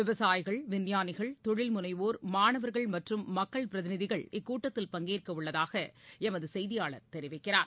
விவசாயிகள் விஞ்ஞானிகள் தொழில்முனைவோர் மாணவர்கள் மற்றும் மக்கள் பிரதிநிதிகள் இக்கூட்டத்தில் பங்கேற்கஉள்ளதாகஎமதுசெய்தியாளர் தெரிவிக்கிறார்